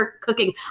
cooking